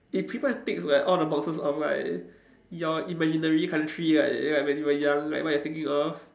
if people have ticks like all the boxes off right your imaginary country like like when you were young like what you're thinking of